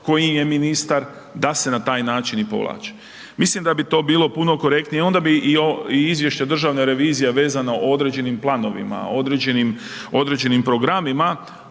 koji je ministar da se na taj način i povlače. Mislim da bi to bilo puno korektnije i onda bi i izvješće Državne revizije vezano o određenim planovima, određenim programima